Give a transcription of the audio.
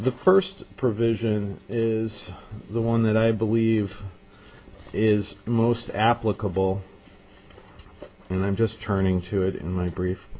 the first provision is the one that i believe is most applicable and i'm just turning to it in my brief